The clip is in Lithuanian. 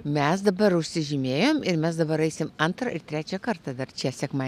mes dabar užsižymėjom ir mes dabar eisim antrą ir trečią kartą dar čia sekma